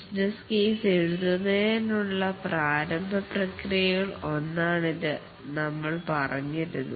business case എഴുതുന്നതിനുള്ള പ്രാരംഭ പ്രക്രിയകൾ ഒന്നാണിതെന്ന് നമ്മൾ പറഞ്ഞിരുന്നു